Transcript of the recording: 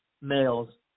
males